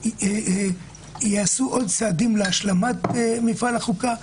ייעשו עוד צעדים להשלמת מפעל החוקה.